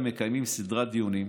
כרגע אנו מקיימים סדרת דיונים,